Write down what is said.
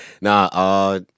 Nah